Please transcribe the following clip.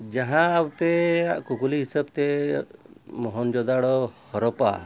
ᱡᱟᱦᱟᱸ ᱟᱯᱮᱭᱟᱜ ᱠᱩᱠᱞᱤ ᱦᱤᱥᱟᱹᱵᱛᱮ ᱢᱚᱦᱮᱱᱡᱳᱫᱟᱲᱳ ᱦᱚᱨᱚᱯᱯᱟ